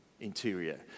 interior